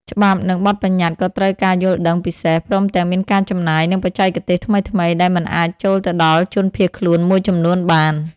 ច្បាប់និងបទប្បញ្ញត្តិក៏ត្រូវការយល់ដឹងពិសេស ព្រមទាំងមានការចំណាយ និងបច្ចេកទេសថ្មីៗដែលមិនអាចចូលទៅដល់ជនភៀសខ្លួនមួយចំនួនបាន។